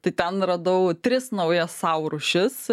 tai ten radau tris naujas sau rūšis